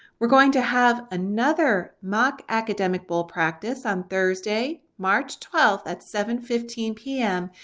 we're going to have another mock academic bowl practice on thursday march twelfth at seven fifteen p m.